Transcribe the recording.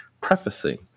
Prefacing